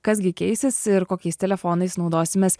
kas gi keisis ir kokiais telefonais naudosimės